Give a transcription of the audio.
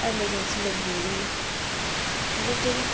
emergency लग्गी दी ही मतलब जेह्ड़ी